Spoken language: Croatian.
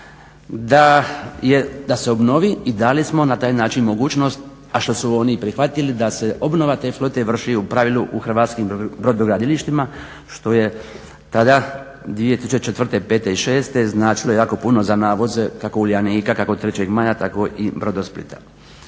da se obnovi i da li smo na taj način mogućnost a što su oni prihvatili da se obnova te flote vrši u pravilu u hrvatskim brodogradilištima što je tada 2004., 2005. i 2006. Značilo jako puno za navoze kako Uljanika, kako trećeg maja tako i Brodo Splita.